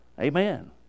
Amen